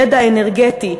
ידע אנרגטי,